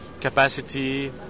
capacity